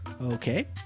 okay